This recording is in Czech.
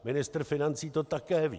Ministr financí to také ví.